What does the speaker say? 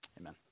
Amen